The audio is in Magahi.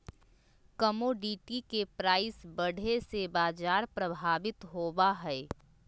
कमोडिटी के प्राइस बढ़े से बाजार प्रभावित होबा हई